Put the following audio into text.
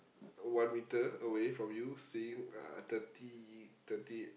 one metre away from you seeing uh thirty thirty